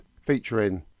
featuring